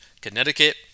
Connecticut